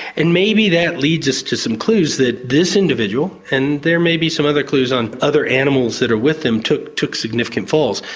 and maybe that leads us to some clues, that this individual, and there may be some other clues on other animals that are with them, took took significant falls.